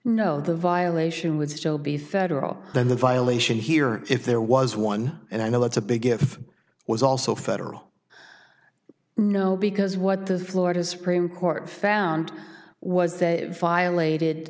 no the violation would still be federal then the violation here if there was one and i know that's a big if was also federal no because what the florida supreme court found was they violated